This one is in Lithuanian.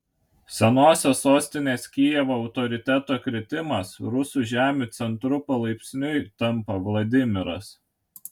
senosios sostinės kijevo autoriteto kritimas rusų žemių centru palaipsniui tampa vladimiras